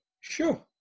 Sure